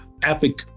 EPIC